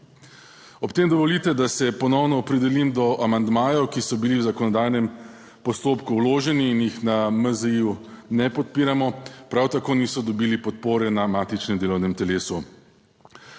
Ob tem dovolite, da se ponovno opredelim do amandmajev, ki so bili v zakonodajnem postopku vloženi in jih na MZI ne podpiramo, prav tako niso dobili podpore **49. TRAK: (NB)